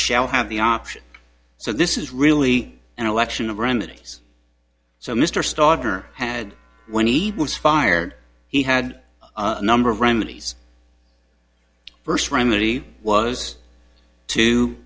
shall have the option so this is really an election of remedies so mr starter had when he was fired he had a number of remedies first primary was to